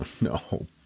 No